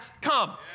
come